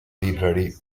library